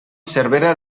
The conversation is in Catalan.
cervera